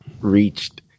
reached